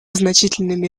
значительными